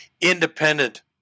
independent